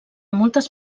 moltes